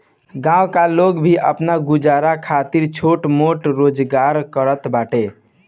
गांव का लोग भी आपन गुजारा खातिर छोट मोट रोजगार करत बाटे